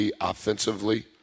offensively